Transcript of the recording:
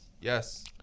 yes